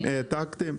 העתקתם?